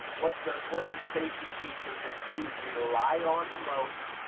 what's the what's the safety feature that you rely on the most,